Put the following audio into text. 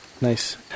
nice